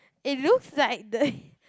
it looks like the